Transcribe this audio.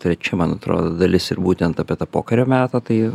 trečia man atrodo dalis ir būtent apie tą pokario metą tai